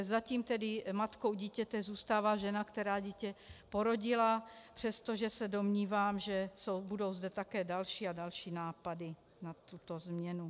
Zatím tedy matkou dítěte zůstává žena, která dítě porodila, přestože se domnívám, že budou zde také další a další nápady na tuto změnu.